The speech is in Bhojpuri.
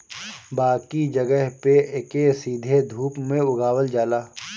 बाकी जगह पे एके सीधे धूप में उगावल जाला